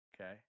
Okay